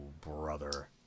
brother